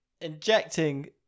injecting